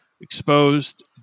Exposed